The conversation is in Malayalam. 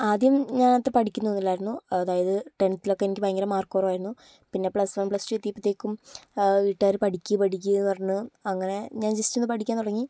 ആദ്യം ഞാനത്ര പഠക്കുന്നൊന്നും ഇല്ലായിരുന്നു അതായത് ടെൻത്തിലൊക്കെ എനിക്ക് ഭയങ്കര മാർക്ക് കുറവായിരുന്നു പിന്നെ പ്ലസ് വൺ പ്ലസ് ടു എത്തിയപ്പത്തേക്കും വീട്ടുകാര് പഠിക്ക് പഠിക്ക് എന്ന് പറഞ്ഞ് അങ്ങനെ ഞാൻ ജസ്റ്റ് ഒന്ന് പഠിക്കാൻ തുടങ്ങി